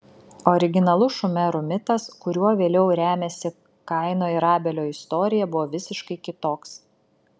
originalus šumerų mitas kuriuo vėliau remiasi kaino ir abelio istorija buvo visiškai kitoks